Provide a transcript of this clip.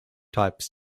types